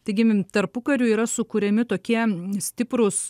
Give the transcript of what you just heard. taigi tarpukariu yra sukuriami tokie stiprūs